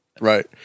Right